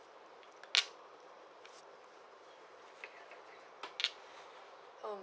oh